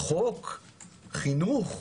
חוק, חינוך.